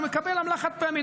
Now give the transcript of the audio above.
הוא מקבל עמלה חד-פעמית,